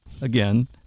Again